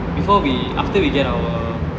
before we after we get our